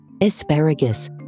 Asparagus